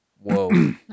Whoa